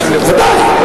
ודאי.